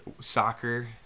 soccer